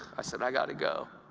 i said, i've got to go.